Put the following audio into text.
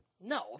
No